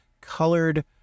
colored